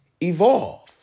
evolve